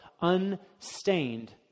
unstained